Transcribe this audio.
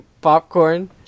popcorn